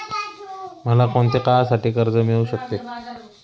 मला कोणत्या काळासाठी कर्ज मिळू शकते?